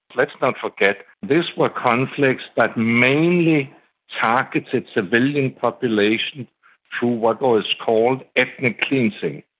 let's not forget, these were conflicts that mainly targeted civilian populations through what was called ethnic cleansing.